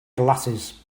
glasses